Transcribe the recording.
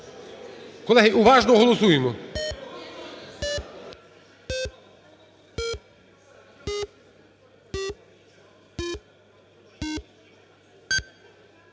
Колеги, уважно голосуємо.